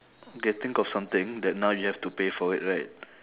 okay think of something that now you have to pay for it right